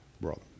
brother